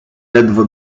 ledwo